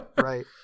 right